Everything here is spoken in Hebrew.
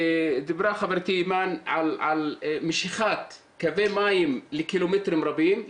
דיברה חברתי אימאן על משיכת קווי מים לקילומטרים רבים,